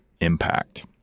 impact